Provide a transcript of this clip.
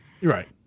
Right